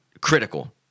critical